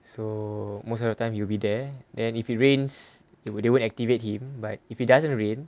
so most of the time he will be there then if it rains they won't they won't activate him but if it doesn't rain